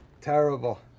terrible